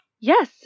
Yes